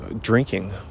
drinking